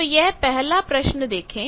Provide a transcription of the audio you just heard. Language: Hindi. तो यह पहला प्रश्न देखें